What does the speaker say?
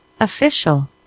official